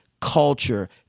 culture